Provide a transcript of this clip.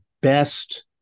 best